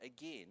again